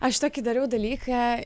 aš tokį dariau dalyką